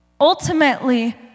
Ultimately